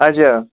اَچھا